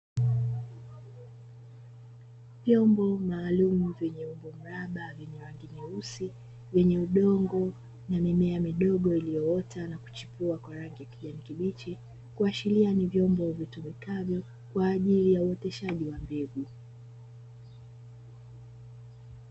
Vyombo maalumu vyenye umbo mraba vya rangi nyeusi vyenye udongo na mimea midogo iliyoota na kuchipua kwa rangi ya kijani kibichi, kuashiria ni vyombo vitumikavyo kwa ajili ya uoteshaji wa mbegu.